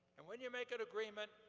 and when you make an agreement,